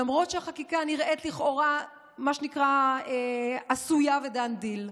למרות שהחקיקה נראית לכאורה מה שנקרא עשויה ו-done deal,